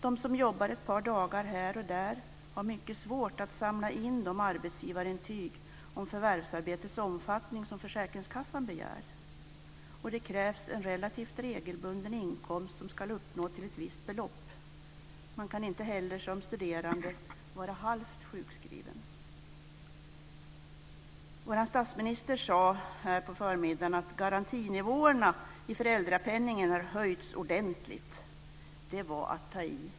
De som jobbar ett par dagar här och där har mycket svårt att samla in de arbetsgivarintyg om förvärvsarbetets omfattning som försäkringskassan begär, och det krävs en relativt regelbunden inkomst som ska uppgå till ett visst belopp. Man kan inte heller som studerande vara halvt sjukskriven. Vår statsminister sade här på förmiddagen att garantinivåerna i föräldrapenningen har höjts ordentligt. Det var att ta i.